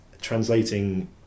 translating